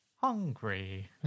hungry